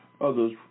others